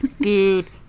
dude